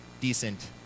decent